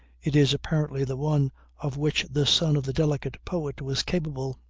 it is apparently the one of which the son of the delicate poet was capable.